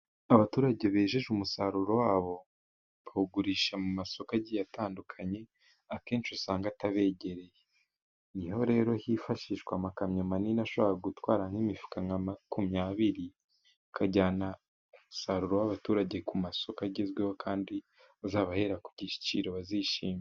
Abaturage bejeje umusaruro wabo bawugurisha mu masoko agiye atandukanye, akenshi usanga atabegereye, ni ho rero hifashishwa amakamyo manini, ashobora gutwara n'imifuka nka makumyabiri, akajyana umusaruro w'abaturage ku masoko agezweho, kandi uzabahera ku giciro bazishima.